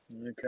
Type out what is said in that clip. Okay